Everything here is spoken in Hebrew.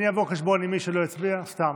ההצעה להעביר את הצעת